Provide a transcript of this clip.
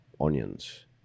onions